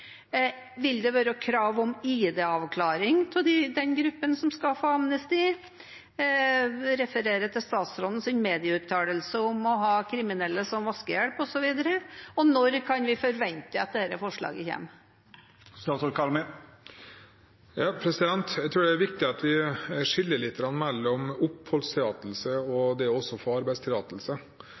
Vil det være krav om ID-avklaring for den gruppa som skal få amnesti? Jeg refererer til statsrådens medieuttalelser om å ha kriminelle som vaskehjelp osv. Og når kan vi forvente at dette forslaget kommer? Jeg tror det er viktig at vi skiller lite grann mellom oppholdstillatelse og det å få arbeidstillatelse.